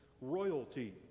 royalty